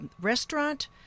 restaurant